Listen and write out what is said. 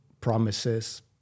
promises